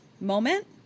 moment